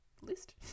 list